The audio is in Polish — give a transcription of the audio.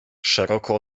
szeroko